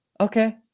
okay